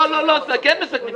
כן מסכמים.